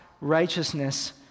righteousness